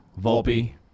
Volpe